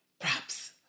Props